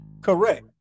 Correct